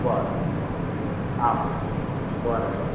बरें आं बरें बरें बरें